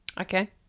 Okay